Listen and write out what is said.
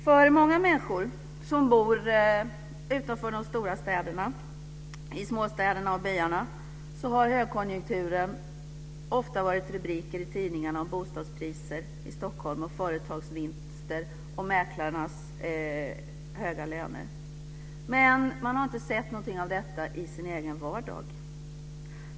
För många människor som bor utanför de stora städerna, i småstäderna och byarna, har högkonjunkturen ofta varit rubriker i tidningarna om bostadspriser i Stockholm, företagsvinster och mäklarnas höga löner. Men de har inte sett någonting av detta i sin egen vardag.